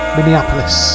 Minneapolis